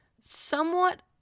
somewhat